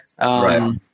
Right